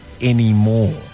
anymore